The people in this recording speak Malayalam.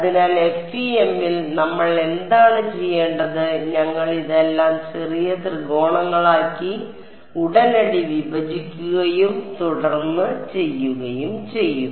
അതിനാൽ FEM ൽ നമ്മൾ എന്താണ് ചെയ്യേണ്ടത് ഞങ്ങൾ ഇതെല്ലാം ചെറിയ ത്രികോണങ്ങളാക്കി ഉടനടി വിഭജിക്കുകയും തുടർന്ന് ചെയ്യുകയും ചെയ്യും